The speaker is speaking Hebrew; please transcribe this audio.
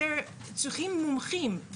צריכים יותר מומחים.